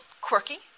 quirky